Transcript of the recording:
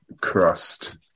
crust